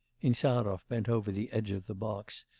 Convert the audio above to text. insarov bent over the edge of the box,